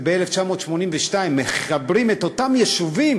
זה שב-1982 מחברים את אותם יישובים,